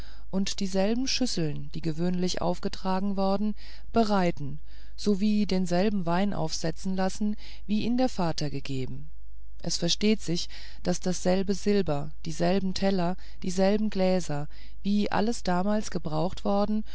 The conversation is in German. und dieselben schüsseln die gewöhnlich aufgetragen worden bereiten sowie denselben wein aufsetzen lassen wie ihn der vater gegeben es versteht sich daß dasselbe silber dieselben teller dieselben gläser wie alles damals gebraucht worden